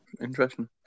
interesting